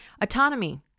Autonomy